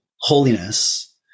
holiness